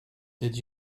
did